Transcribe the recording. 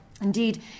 Indeed